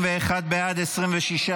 (דחיית המועד לצו דמוי כלי